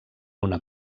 una